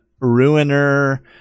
Ruiner